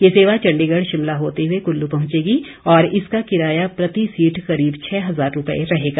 ये सेवा चंडीगढ़ शिमला होते हुए कुल्लू पहुंचेगी और इसका किराया प्रति सीट करीब छः हजार रुपए रहेगा